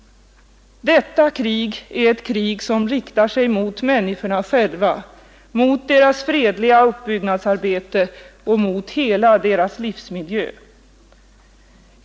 Detta krig är ett krig som riktar sig mot människorna själva, mot deras fredliga uppbyggnadsarbete och mot hela deras livsmiljö.